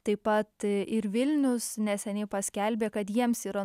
taip pat ir vilnius neseniai paskelbė kad jiems yra